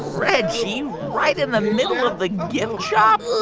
reggie. right in the middle of the gift shop?